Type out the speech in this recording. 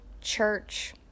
church